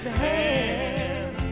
hand